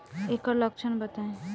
ऐकर लक्षण बताई?